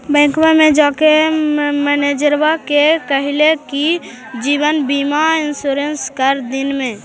बैंकवा मे जाके मैनेजरवा के कहलिऐ कि जिवनबिमा इंश्योरेंस कर दिन ने?